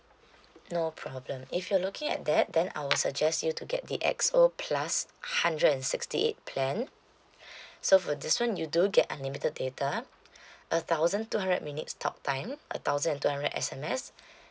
no problem if you're looking at that then I will suggest you to get the X O plus hundred and sixty eight plan so for this [one] you do get unlimited data a thousand two hundred minutes talk time a thousand and two hundred S_M_S